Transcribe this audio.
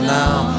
now